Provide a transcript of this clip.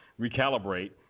recalibrate